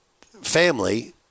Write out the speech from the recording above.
family